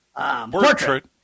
Portrait